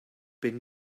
been